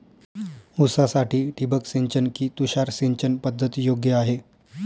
ऊसासाठी ठिबक सिंचन कि तुषार सिंचन पद्धत योग्य आहे?